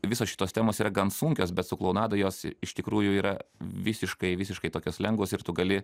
visos šitos temos yra gan sunkios bet su klounada jos iš tikrųjų yra visiškai visiškai tokios lengvos ir tu gali